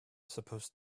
supposed